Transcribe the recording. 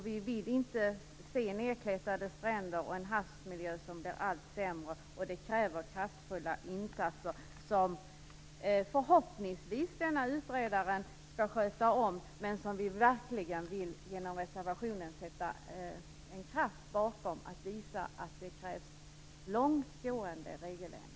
Vi vill inte se nedkletade stränder och en havsmiljö som blir allt sämre. Det kräver kraftfulla insatser som förhoppningsvis denna utredare skall föreslå men som vi verkligen genom vår reservation vill sätta en kraft bakom för att visa att det krävs långtgående regeländringar.